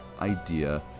Idea